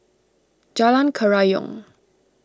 Jalan Kerayong